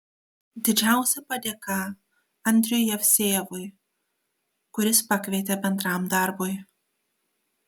didžiausia padėka andriui jevsejevui kuris pakvietė bendram darbui